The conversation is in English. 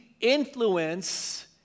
influence